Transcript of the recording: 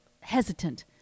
hesitant